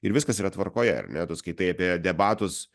ir viskas yra tvarkoje ar ne tu skaitai apie debatus